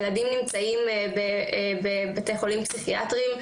ילדים נמצאים בבתי חולים פסיכיאטריים,